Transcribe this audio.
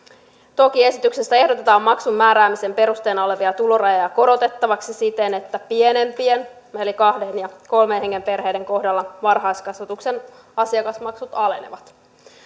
toki esityksessä ehdotetaan maksun määräämisen perusteena olevia tulorajoja korotettavaksi siten että pienempien eli kahden ja kolmen hengen perheiden kohdalla varhaiskasvatuksen asiakasmaksut alenevat